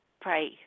Pray